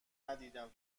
ندیدم